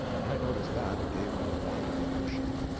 when i noticed that, it gave me a valuable notion.